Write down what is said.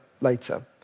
later